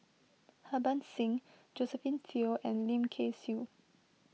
Harbans Singh Josephine Teo and Lim Kay Siu